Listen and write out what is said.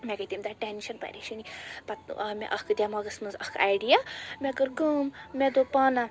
مےٚ گٔے تَمہِ دۄہ ٹیٚنشَن پریشٲنی پَتہٕ آو مےٚ اَکھ دیٚماغَس منٛز اَکھ آیڈِیا مےٚ کٔر کٲم مےٚ دوٚپ پاناہ